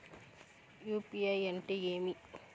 UPI అంటే ఏమి?